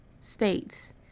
states